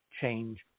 change